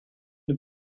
nous